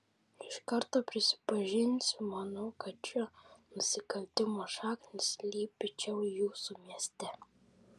iš karto prisipažinsiu manau kad šio nusikaltimo šaknys slypi čia jūsų mieste